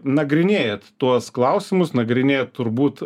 nagrinėjat tuos klausimus nagrinėjat turbūt